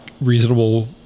reasonable